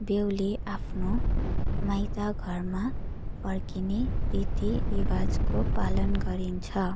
बेहुली आफ्नो माइतघरमा फर्किने रीतिरिवाजको पालन गरिन्छ